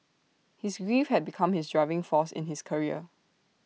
his grief had become his driving force in his career